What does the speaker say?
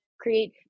create